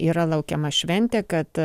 yra laukiama šventė kad